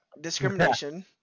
Discrimination